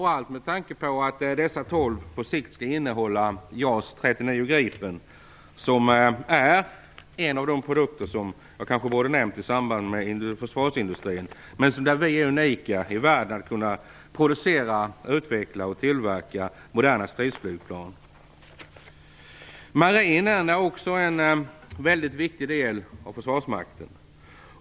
Dessa tolv divisioner skall på sikt innehålla JAS 39 Gripen, som är en av de produkter som jag kanske borde ha nämnt i samband med försvarsindustrin. Vi är unika i världen när det gäller att producera, utveckla och tillverka moderna stridsflygplan. Marinen är också en mycket viktig del av försvarsmakten.